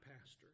pastor